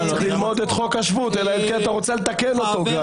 צריך ללמוד את חוק השבות אלא אם כן אתה רוצה לתקן אותו.